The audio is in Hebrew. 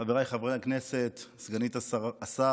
חבריי חברי הכנסת, סגנית השר,